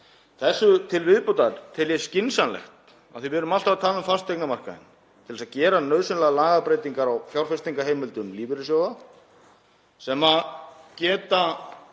Þessu til viðbótar tel ég skynsamlegt, af því að við erum alltaf að tala um fasteignamarkaðinn, að gera nauðsynlegar lagabreytingar á fjárfestingarheimildum lífeyrissjóða sem geta